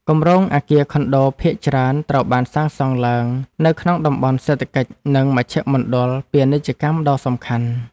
គម្រោងអគារខុនដូភាគច្រើនត្រូវបានសាងសង់ឡើងនៅក្នុងតំបន់សេដ្ឋកិច្ចនិងមជ្ឈមណ្ឌលពាណិជ្ជកម្មដ៏សំខាន់។